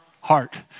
heart